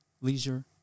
leisure